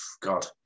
God